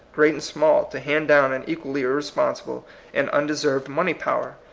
great and small, to hand down an equally irresponsible and un deserved money power?